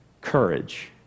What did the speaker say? courage